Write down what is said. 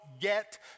get